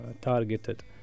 targeted